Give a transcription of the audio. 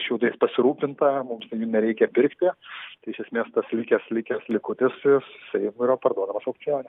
šiaudais pasirūpinta mums jų nereikia pirkti tai iš esmės tas likęs likęs likutis jisai yra parduodamas aukcione